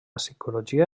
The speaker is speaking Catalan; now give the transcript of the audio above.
psicologia